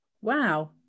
Wow